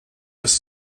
was